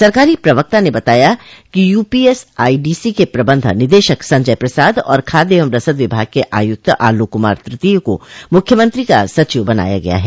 सरकारी प्रवक्ता ने बताया कि यूपीएसआईडीसी के प्रबंध निदेशक संजय प्रसाद और खाद्य एवं रसद विभाग के आयुक्त आलोक कुमार तृतीय को मुख्यमंत्री का सचिव बनाया गया है